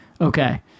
okay